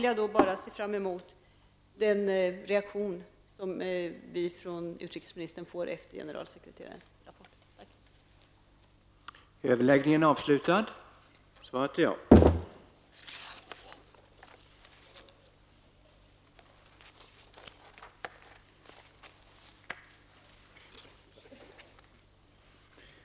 Jag ser fram emot den reaktion som vi kan få från utrikesministern efter generalsekreterarens rapport.